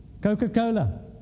Coca-Cola